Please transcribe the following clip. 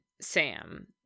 Sam